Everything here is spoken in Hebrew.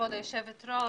כבוד היושבת ראש,